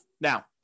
Now